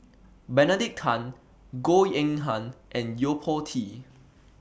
Benedict Tan Goh Eng Han and Yo Po Tee